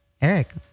Eric